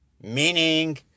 meaning